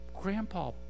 Grandpa